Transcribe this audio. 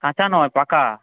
কাঁচা নয় পাকা